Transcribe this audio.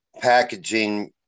packaging